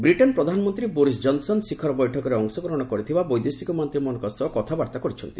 Britain ପ୍ରଧାନମନ୍ତ୍ରୀ Boris Johnson ଶିଖର ବୈଠକରେ ଅଂଶଗ୍ରହଣ କରିଥିବା ବୈଦେଶିକ ମନ୍ତ୍ରୀମାନଙ୍କ ସହ କଥାବାର୍ତ୍ତା କରିଛନ୍ତି